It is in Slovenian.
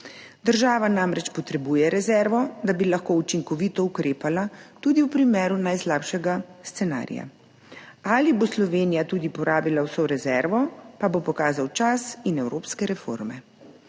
Država namreč potrebuje rezervo, da bi lahko učinkovito ukrepala tudi v primeru najslabšega scenarija. Ali bo Slovenija tudi porabila vso rezervo, pa bodo pokazali čas in evropske reforme.